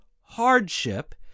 hardship